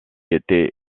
était